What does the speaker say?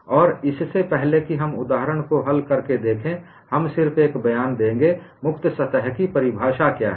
और इससे पहले कि हम एक उदाहरण को हल करके देखें हम सिर्फ एक बयान देंगे एक मुक्त सतह की परिभाषा क्या है